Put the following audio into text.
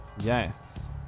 Yes